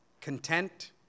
content